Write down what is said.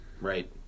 right